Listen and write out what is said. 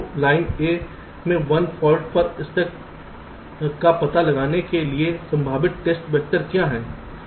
तो line A में 1 fault पर स्टक ने का पता लगाने के लिए संभावित टेस्ट वैक्टर क्या हैं